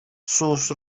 sus